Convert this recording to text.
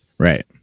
Right